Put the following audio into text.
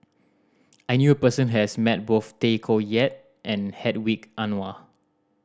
I knew a person has met both Tay Koh Yat and Hedwig Anuar